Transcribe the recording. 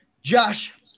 Josh